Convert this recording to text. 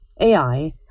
AI